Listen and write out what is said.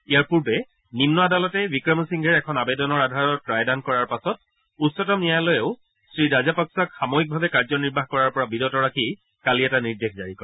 ইয়াৰ পূৰ্বে নিম্ন আদালতে বিক্ৰমা সিংঘেৰ এখন আবেদনৰ আধাৰত ৰায়দান কৰাৰ পিছত উচ্চতম ন্যায়ালয়েও শ্ৰী ৰাজাপক্ছাক সাময়িকভাৱে কাৰ্যনিৰ্বাহ কৰাৰ পৰা বিৰত ৰাখি কালি এটা নিৰ্দেশ জাৰি কৰে